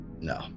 No